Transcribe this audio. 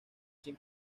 sin